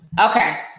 Okay